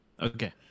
okay